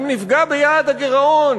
אם נפגע ביעד הגירעון,